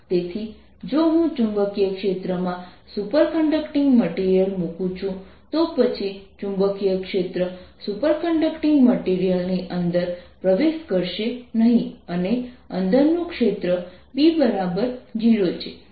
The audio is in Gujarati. Binside00HM0HMH As MχMH Binside01MH0 χM 1 તેથી જો હું ચુંબકીય ક્ષેત્રમાં સુપરકન્ડક્ટિંગ મટીરીયલ મૂકું છું તો પછી ચુંબકીય ક્ષેત્ર સુપરકન્ડક્ટિંગ મટીરીયલ ની અંદર પ્રવેશ કરશે નહીં અને અંદરનું ક્ષેત્ર B0 છે